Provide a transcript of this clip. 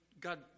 God